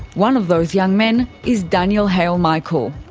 one of those young men is daniel haile-michael.